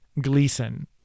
Gleason